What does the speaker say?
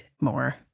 more